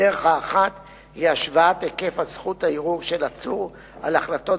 הדרך האחת היא השוואת היקף זכות הערר של עצור על החלטות